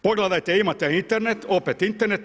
Pogledajte imate Internet, opet Internet.